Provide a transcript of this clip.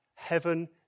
Heaven